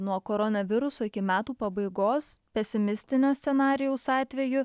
nuo koronaviruso iki metų pabaigos pesimistinio scenarijaus atveju